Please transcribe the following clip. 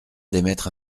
d’émettre